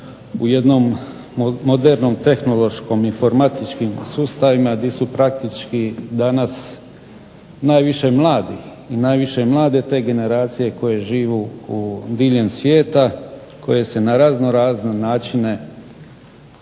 u jednom modernom tehnološkim informatičkim sustavima, gdje su danas najviše mladi i mlade te generacije koje žive diljem svijeta, koje se na razno razne načine